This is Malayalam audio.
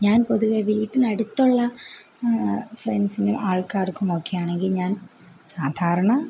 ഞാൻ പൊതുവേ വീട്ടിനടുത്തുള്ള ഫ്രണ്ട്സിനും ആൾക്കാർക്കും ഒക്കെ ആണെങ്കിൽ ഞാൻ സാധാരണ